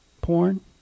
Porn